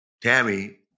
Tammy